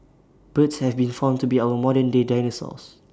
birds have been found to be our modern day dinosaurs